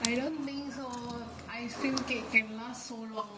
I don't think so ice cream cake can last so long